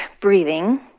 breathing